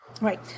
Right